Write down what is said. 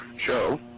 show